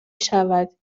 شود